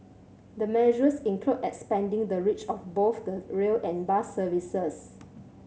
the measures include expanding the reach of both the rail and bus services